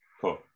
cool